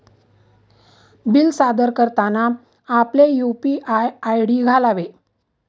bill सादर करताना आपले यू.पी.आय आय.डी घालावे